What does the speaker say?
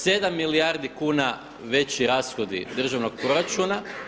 7 milijardi kuna veći rashodi državnog proračuna.